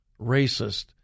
racist